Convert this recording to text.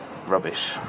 rubbish